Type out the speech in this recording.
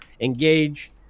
engage